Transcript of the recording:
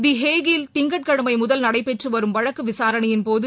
த ஏஹில் திங்கட்கிழமை முதல் நடைபெற்று வரும் வழக்கு விசாரணையின்போது